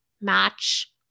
match